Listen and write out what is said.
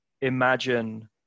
imagine